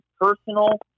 personal